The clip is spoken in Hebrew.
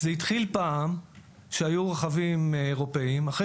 זה התחיל מזה שהיו כאן פעם רכבים אירופיים; אחרי